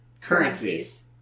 currencies